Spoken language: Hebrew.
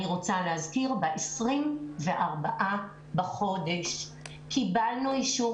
אני רוצה להזכיר ב-24 בחודש קיבלנו אישור